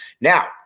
Now